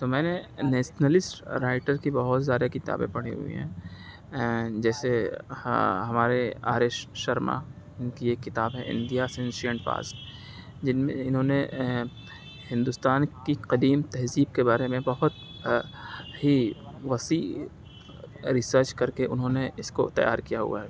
تو میں نے نیشنلشٹ رائٹر کی بہت سارے کتابیں پڑھی ہوئی ہیں جیسے ہاں ہمارے آر ایش شرما کی ایک کتاب ہے انڈیا پاسٹ جن میں اِنہوں نے ہندوستان کی قدیم تہذیب کے بارے میں بہت ہی وسیع ریسرچ کرکے اُنہوں نے اِس کو تیار کیا ہُوا ہے